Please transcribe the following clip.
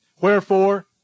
Wherefore